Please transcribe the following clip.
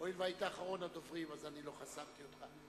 הואיל והיית אחרון הדוברים, לא חסמתי אותך.